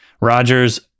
Rodgers